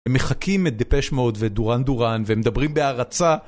הם מחכים את depeche mode ואת duran duran והם מדברים בהערצה